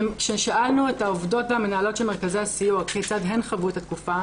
כששאלנו את העובדות והמנהלות של מרכזי הסיוע כיצד הן חוו את התקופה,